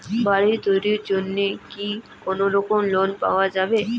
বাড়ি তৈরির জন্যে কি কোনোরকম লোন পাওয়া যাবে?